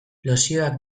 lozioak